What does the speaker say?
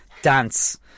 Dance